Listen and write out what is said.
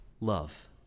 Love